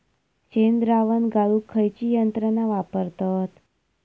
शेणद्रावण गाळूक खयची यंत्रणा वापरतत?